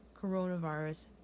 coronavirus